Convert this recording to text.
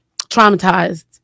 traumatized